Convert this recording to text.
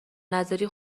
نذاری